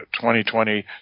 2020